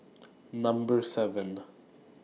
Number seven